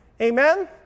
Amen